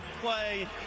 play